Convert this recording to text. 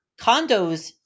condos